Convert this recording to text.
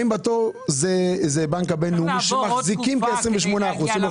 בתור זה הבינלאומי שמחזיק ב-28 אחוזים.